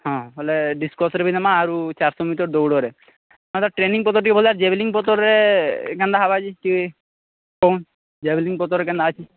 ହଁ ବେଲେ ଡିସ୍କସ୍ରେ ବି ଦେମା ଆରୁ ଚାର୍ଶହ ମିଟର୍ ଦୌଡ଼ରେ ମାତର୍ ଟ୍ରେନିଙ୍ଗ୍ ପତର୍ ଟିକେ ଜେଭେଲିନ୍ ପତର୍ରେ କେନ୍ତା ହେବାଯେ ଟିକେ କହୁନ୍ ଜଭେଲିନ୍ ପତର୍ରେ କେନ୍ତା ଅଛେ